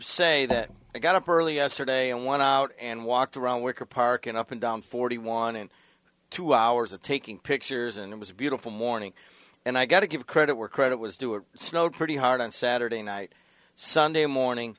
say that i got up early yesterday and went out and walked around worker park and up and down forty one in two hours of taking pictures and it was a beautiful morning and i got to give credit where credit was due it snowed pretty hard on saturday night sunday morning